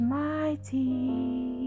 mighty